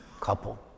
couple